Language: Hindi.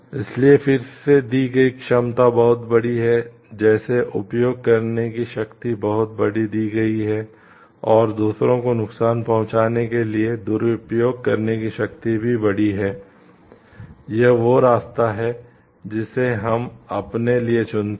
इसलिए फिर से दी गई क्षमता बहुत बड़ी है जैसे उपयोग करने की शक्ति बहुत बड़ी दी गई है और दूसरों को नुकसान पहुंचाने के लिए दुरुपयोग करने की शक्ति भी बड़ी है यह वह रास्ता है जिसे हम अपने लिए चुनते हैं